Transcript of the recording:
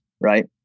right